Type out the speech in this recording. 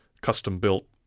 custom-built